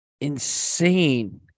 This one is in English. insane